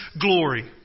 glory